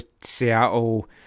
Seattle